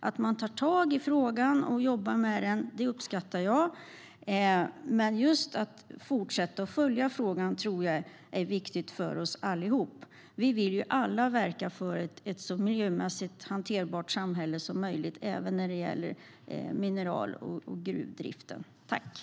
Att man tar tag i frågan och jobbar med den uppskattar jag, men just att fortsätta följa frågan tror jag är viktigt för oss allihop. Vi vill ju alla verka för ett så miljömässigt hanterbart samhälle som möjligt, även när det gäller mineral och gruvdriften.